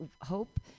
hope